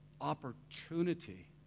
opportunity